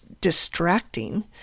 distracting